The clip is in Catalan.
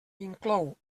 inclou